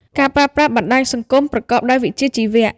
ការប្រើប្រាស់បណ្តាញសង្គមប្រកបដោយវិជ្ជាជីវៈ។